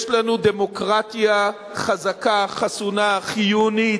יש לנו דמוקרטיה חזקה, חסונה, חיונית,